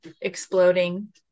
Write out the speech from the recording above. exploding